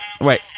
Wait